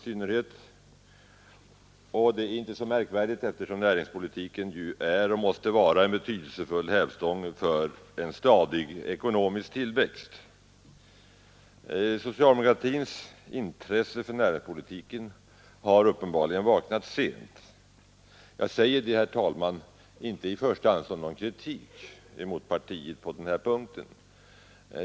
Det är inte så märkvärdigt, eftersom den är och måste vara en betydelsefull hävstång för en stadig ekonomisk tillväxt. Socialdemokratins intresse för näringspolitiken har uppenbarligen vaknat sent. Jag säger det, herr talman, inte i första hand som någon kritik mot partiet.